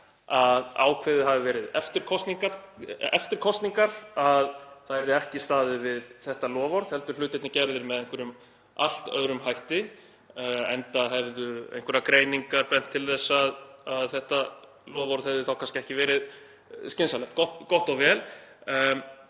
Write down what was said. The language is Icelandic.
að ákveðið hafi verið eftir kosningar að það yrði ekki staðið við þetta loforð heldur yrðu hlutirnir gerðir með einhverjum allt öðrum hætti, enda hefðu einhverjar greiningar bent til þess að þetta loforð hefði kannski ekki verið skynsamlegt. Gott og vel.